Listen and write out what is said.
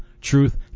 Truth